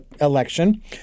election